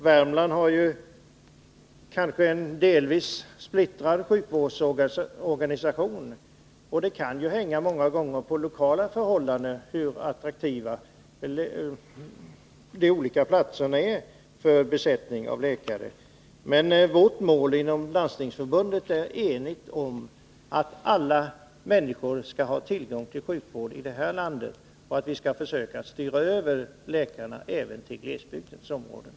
Värmland har kanske en delvis splittrad sjukvårdsorganisation. Hur pass attraktiva de olika platserna är när det gäller besättning av läkartjänster kan många gånger bero på lokala förhållanden. Inom Landstingsförbundet är vi emellertid eniga om målet att alla människor skall ha tillgång till sjukvård i vårt land och att vi skall försöka styra över läkarna även till glesbygdsområdena.